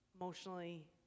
emotionally